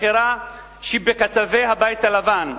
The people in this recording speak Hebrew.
הבכירה שבכתבי הבית הלבן,